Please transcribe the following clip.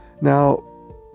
Now